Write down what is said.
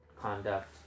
conduct